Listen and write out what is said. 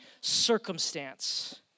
circumstance